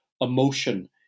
emotion